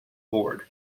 board